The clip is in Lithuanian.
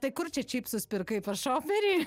tai kur čia čipsus pirkai šoferį